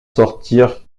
sortir